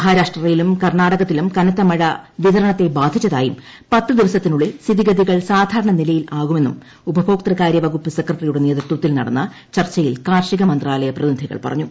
മഹാരാഷ്ട്രയിലും കർണാടകത്തിലും കനത്ത മഴ വിതരണത്തെ ബാധിച്ചതായും പത്ത് ദിവസത്തിനുള്ളിൽ സ്ഥിതിഗതികൾ സാധാരണ നിലയിലാകുമെന്നും ഉപഭോക്തൃകാരൃ വകുപ്പ് സെക്രട്ടറിയുടെ നേതൃത്വത്തിൽ നടന്ന ചർച്ചയിൽ കാർഷികമന്ത്രാലയ പ്രതിനിധികൾ പറഞ്ഞു